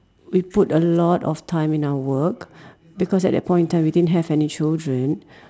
we put a lot of time in our work because at the point in time we didn't have any children